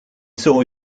saw